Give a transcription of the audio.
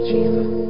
Jesus